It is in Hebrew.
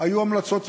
היו המלצות יפות,